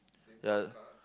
ya